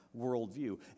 worldview